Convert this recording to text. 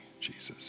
Jesus